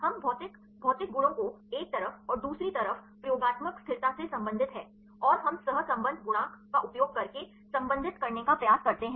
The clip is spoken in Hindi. हम भौतिक भौतिक गुणों को एक तरफ और दूसरी तरफ प्रयोगात्मक स्थिरता से संबंधित हैं और हम सह संबंध गुणांक का उपयोग करके संबंधित करने का प्रयास करते हैं